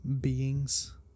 beings